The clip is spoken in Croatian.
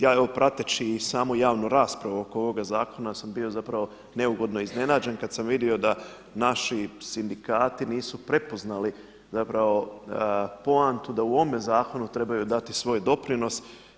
Ja evo prateći i samu javnu raspravu oko ovog zakona sam bio neugodno iznenađen kada sam vidio da naši sindikati nisu prepoznali poantu da u ovome zakonu trebaju dati svoj doprinos.